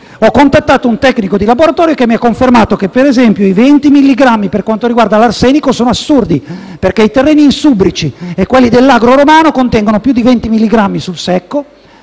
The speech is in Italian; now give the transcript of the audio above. Ho contattato un tecnico di laboratorio che mi ha confermato che, per esempio, i 20 milligrammi per quanto riguarda l’arsenico sono assurdi, perché i terreni insubrici e quelli dell’agro romano contengono più di 20 milligrammi sul secco